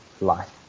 life